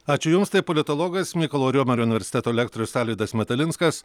ačiū jums tai politologas mykolo riomerio universiteto lektorius alvydas medalinskas